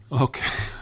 Okay